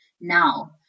now